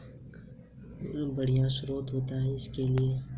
कर पूंजी का सबसे बढ़िया स्रोत होता है